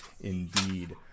indeed